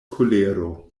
kolero